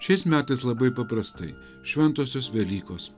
šiais metais labai paprastai šventosios velykos